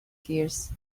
gears